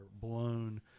blown